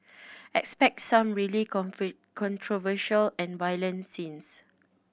expect some really controversial and violent scenes